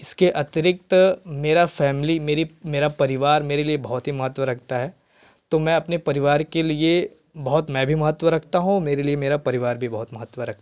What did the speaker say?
इसके अतिरिक्त मेरा फ़ैमली मेरी मेरा परिवार मेरे लिए बहुत ही महत्व रखता है तो मैं अपने परिवार के लिए बहुत मैं भी महत्व रखता हूँ मेरे लिए मेरा परिवार भी बहुत महत्व रखता है